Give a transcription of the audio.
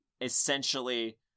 essentially